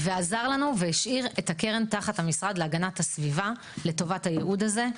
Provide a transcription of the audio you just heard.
ועזר לנו והשאיר את הקרן תחת המשרד להגנת הסביבה לטובת הייעוד הזה,